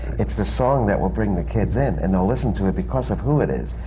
it's the song that will bring the kids in. and they'll listen to it because of who it is,